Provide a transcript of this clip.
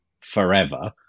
forever